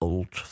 Old